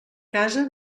casa